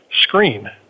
screen